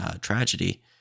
tragedy